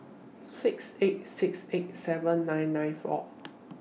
six eight six eight seven nine nine four